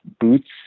boots